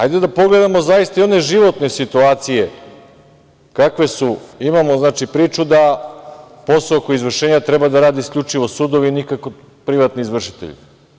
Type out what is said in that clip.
Ali, hajde da pogledamo zaista i one životne situacije kakve su, znači imamo priču da posao oko izvršenja treba da rade isključivo sudovi, nikako privatni izvršitelji.